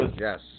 Yes